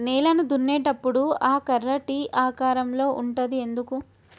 నేలను దున్నేటప్పుడు ఆ కర్ర టీ ఆకారం లో ఉంటది ఎందుకు?